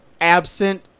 absent